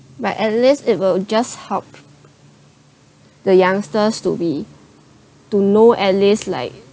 but at least it will just help the youngsters to be to know at least like